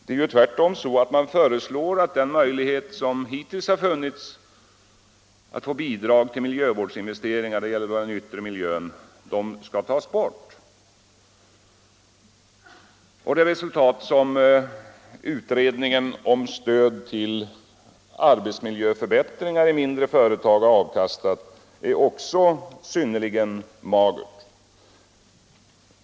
Det är ju tvärtom så att man föreslår att man skall ta bort den möjlighet som hittills funnits att få bidrag till miljövårdsinvesteringar — det gäller då den yttre miljön. Det resultat som utredningen om stöd till arbetsmiljöförbättringar i mindre företag avkastat är också synnerligen magert.